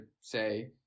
say